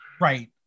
Right